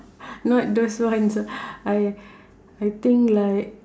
not those ones I I think like